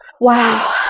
Wow